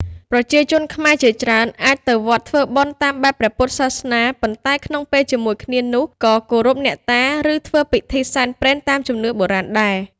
ប្រជាជនខ្មែរជាច្រើនអាចទៅវត្តធ្វើបុណ្យតាមបែបព្រះពុទ្ធសាសនា ប៉ុន្តែក្នុងពេលជាមួយគ្នានោះក៏គោរពអ្នកតា ឬធ្វើពិធីសែនព្រេនតាមជំនឿបុរាណដែរ។